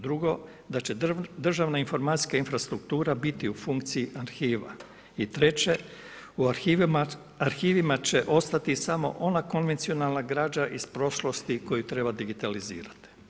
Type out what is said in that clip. Drugo, da će državna-informacijska infrastruktura biti u funkcija arhiva i treće, u arhivima će ostati samo on konvencionalna građa iz prošlosti koju treba digitalizirati.